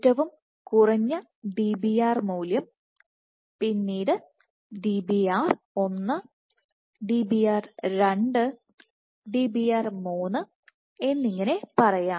ഏറ്റവും കുറഞ്ഞ Dbr മൂല്യം Dbr 1 പിന്നീട്Dbr 2 Dbr 3 എന്നിങ്ങനെ പറയാം